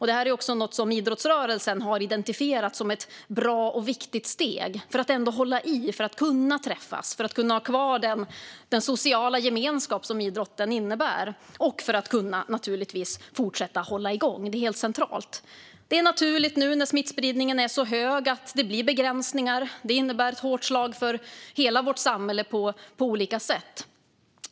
Det är också något som idrottsrörelsen har identifierat som ett bra och viktigt steg för att kunna hålla i, för att kunna träffas, för att kunna ha kvar den sociala gemenskap som idrotten innebär och naturligtvis för att kunna fortsätta hålla igång. Det är helt centralt. Det är naturligt nu när smittspridningen är så stor att det blir begränsningar. Det innebär ett hårt slag mot hela vårt samhälle på olika sätt.